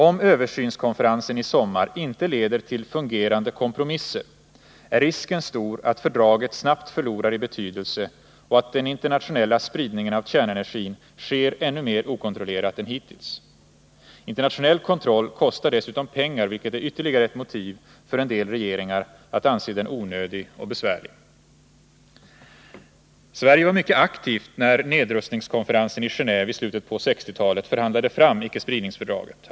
Om översynskonferensen i sommar inte leder till fungerande kompromisser är risken stor att fördraget snabbt förlorar i betydelse och att den internationella spridningen av kärnenergin sker ännu mer okontrollerat än hittills. Internationell kontroll kostar dessutom pengar, vilket är ytterligare ett motiv för en del regeringar att anse den onödig och besvärlig. Sverige var mycket aktivt när nedrustningskonferensen i Genéve islutet av 1960-talet förhandlade fram icke-spridningsfördraget.